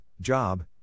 Job